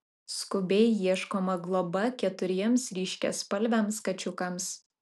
skubiai ieškoma globa keturiems ryškiaspalviams kačiukams